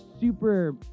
super